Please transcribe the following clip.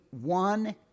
one